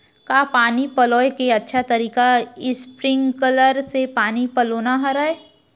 का पानी पलोय के अच्छा तरीका स्प्रिंगकलर से पानी पलोना हरय?